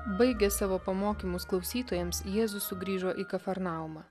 baigęs savo pamokymus klausytojams jėzus sugrįžo į kafarnaumą